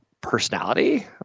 personality